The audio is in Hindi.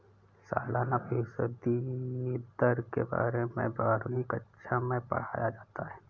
सालाना फ़ीसदी दर के बारे में बारहवीं कक्षा मैं पढ़ाया जाता है